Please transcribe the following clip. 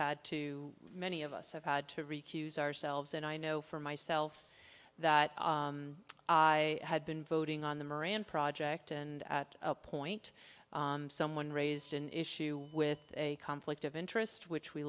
had too many of us have had to recuse ourselves and i know for myself that i had been voting on the moran project and at a point someone raised an issue with a conflict of interest which we